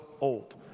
old